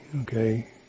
okay